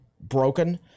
broken